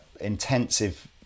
intensive